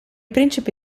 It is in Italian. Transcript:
principi